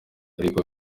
ariko